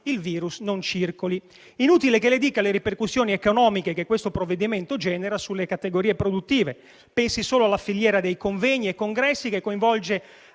il virus non circoli. È inutile che le dica le ripercussioni economiche che questo provvedimento genera sulle categorie produttive: pensi solo alla filiera dei convegni e congressi, che coinvolge